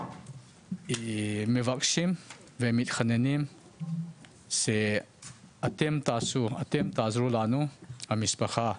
מבקשים ומתחננים שאתם תעזרו לנו, המשפחה,